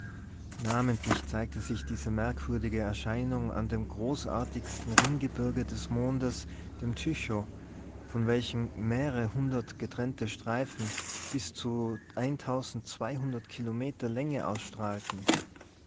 namentlich zeigte sich diese merkwürdige erscheinung an dem großartigsten ringgebirge des mondes dem tycho von welchem mehrere hundert getrennte streifen bis zu kilometer länge ausstrahlten